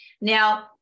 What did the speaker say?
Now